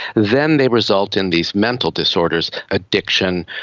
then they result in these mental disorders addiction,